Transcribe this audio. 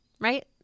right